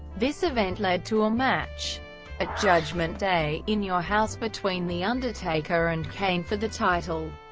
this event led to a match at judgment day in your house between the undertaker and kane for the title,